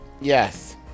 Yes